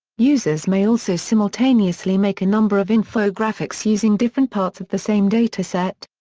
users may also simultaneously make a number of infographics using different parts of the same dataset.